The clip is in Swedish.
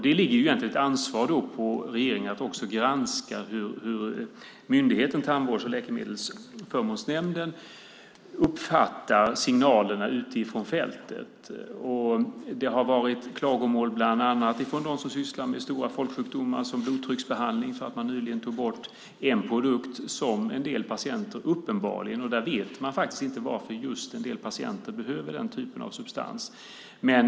Det ligger ett ansvar på regeringen att också granska hur myndigheten Tandvårds och läkemedelsförmånsverket uppfattar signalerna från fältet. Det har varit klagomål bland annat från dem som sysslar med behandling av stora folksjukdomar som högt blodtryck för att man nyligen tog bort en produkt med en substans som en del patienter uppenbarligen, utan att man vet varför, behöver.